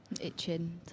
Itching